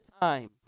time